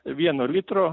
vieno litro